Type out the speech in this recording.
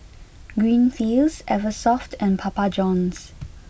Greenfields Eversoft and Papa Johns